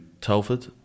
Telford